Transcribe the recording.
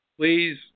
Please